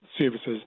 services